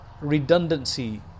redundancy